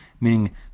meaning